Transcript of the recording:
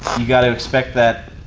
you've gotta expect that